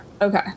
Okay